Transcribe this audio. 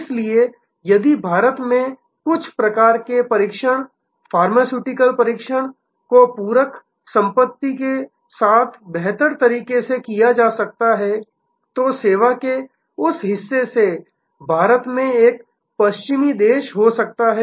इसलिए यदि भारत में कुछ प्रकार के परीक्षण फार्मास्यूटिकल परीक्षण को पूरकमानार्थ संपत्ति के साथ बेहतर तरीके से किया जा सकता है तो सेवा के उस हिस्से से भारत में एक पश्चिमी देश हो सकता है